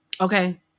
Okay